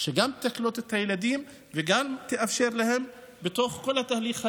שגם תקלוט את הילדים וגם תאפשר להם בתוך כל התהליך הזה,